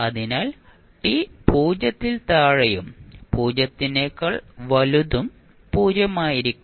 അതിനാൽ t 0 ൽ താഴെയും 0 നെക്കാൾ വലുതും 0 ആയിരിക്കും